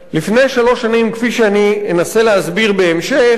לפני שלוש שנים, כפי שאני אנסה להסביר בהמשך,